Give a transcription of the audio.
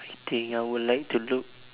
I think I would like to look